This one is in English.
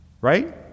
right